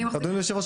אדוני היושב-ראש,